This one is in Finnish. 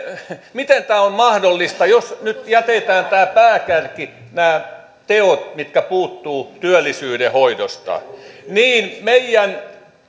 miten tämä on mahdollista jos nyt jätetään tämä pääkärki nämä teot mitkä puuttuvat työllisyyden hoidosta niin meidän